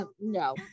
no